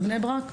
בבני ברק,